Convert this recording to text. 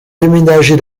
déménager